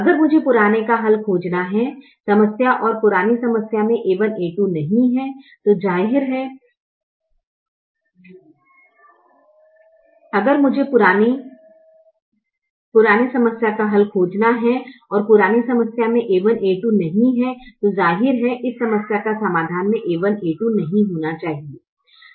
अगर मुझे पुराने समस्या का हल खोजना है और पुरानी समस्या में a1 a2 नहीं है तो जाहिर है इस समस्या के समाधान मे a1 a2 नहीं होना चाहिए